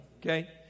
okay